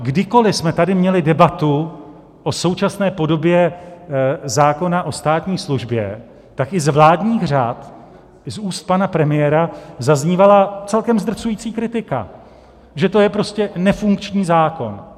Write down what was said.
Kdykoli jsme tady měli debatu o současné podobě zákona o státní službě, tak i z vládních řad, i z úst pana premiéra zaznívala celkem zdrcující kritika, že to je prostě nefunkční zákon.